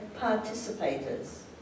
participators